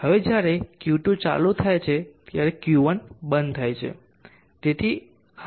હવે જ્યારે Q2 ચાલુ થાય છે ત્યારે Q1 બંધ થાય છે